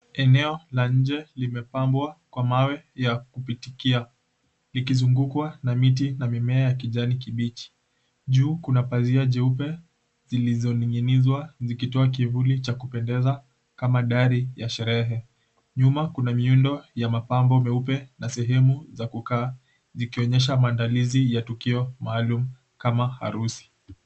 Eneo la nje limapambwa kwa mawe ya kupitikia, likizungukwa na miti na mimea ya kijanikibichi. Juu kuna pazia nyeupe zilizoning'inizwa zikitoa kivuli cha kupendeza kama dari la sherehe. Nyuma kuna miundo ya mapambo meupe na sehemu za kukaa zikionyesha maandalizi ya tukio maalum kama harusi.